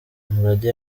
umurage